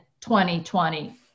2020